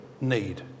need